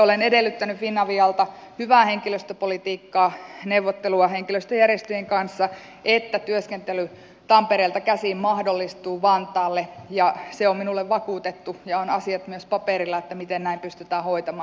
olen edellyttänyt finavialta hyvää henkilöstöpolitiikkaa neuvottelua henkilöstöjärjestöjen kanssa että työskentely tampereelta käsin mahdollistuu vantaalle ja se on minulle vakuutettu ja asiat ovat myös paperilla miten tämä pystytään hoitamaan